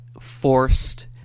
forced